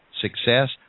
success